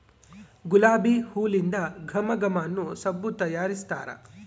ಗುಲಾಬಿ ಹೂಲಿಂದ ಘಮ ಘಮ ಅನ್ನೊ ಸಬ್ಬು ತಯಾರಿಸ್ತಾರ